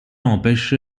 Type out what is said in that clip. empêche